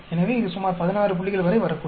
எனவே இது சுமார் 16 புள்ளிகள் வரை வரக்கூடும்